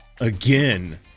Again